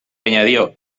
añadió